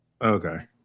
Okay